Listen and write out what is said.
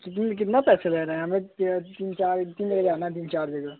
फ़िर भी कितना पैसा ले रहे हैं हमें तीन चार तीन जगह जाना है तीन चार जगह